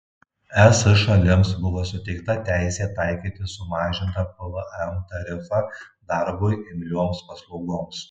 es šalims buvo suteikta teisė taikyti sumažintą pvm tarifą darbui imlioms paslaugoms